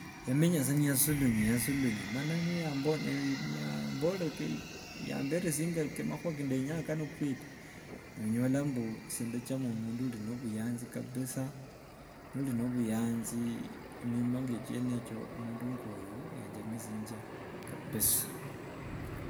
Yamenya sa niyasulunya- yasulunya mana niya yanamberesinje ka makhuwa kendenyanga kano kweli. Onyola mbu esye ndachama mundu uri no- buyanzi kabisaa, nori no- buyanzi emima nge echyo endio, mundu ngoyo yanjamisinjanga kabisa.